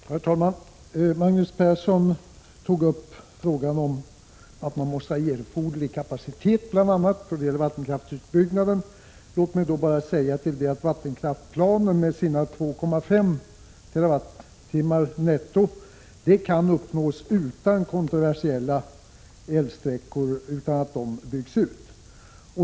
Herr talman! Magnus Persson tog upp frågan om att man bl.a. måste ha erforderlig kapacitet då det gäller vattenkraftsutbyggnaden. Låt mig till det bara säga att vattenkraftsplanens 2,5 TWh netto kan uppnås utan att kontroversiella älvsträckor byggs ut.